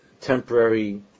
temporary